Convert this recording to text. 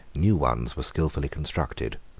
new ones were skilfully constructed